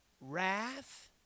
Wrath